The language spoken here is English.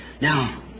Now